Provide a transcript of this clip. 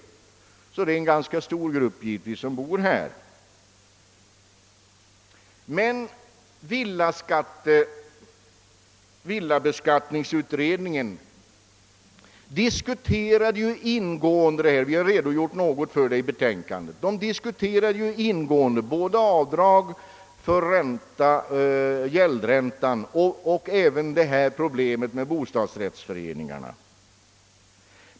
Det är alltså en ganska stor grupp som bor i dessa lägenheter. Villabeskattningsutredningen diskuterade ingående — vi har redogjort för en del av det i betänkandet — både avdrag för gäldränta och problemet med bostadsrättsföreningarna.